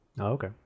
okay